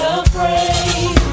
afraid